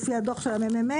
לפי הדוח של הממ"מ,